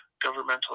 governmental